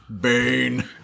Bane